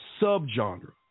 subgenre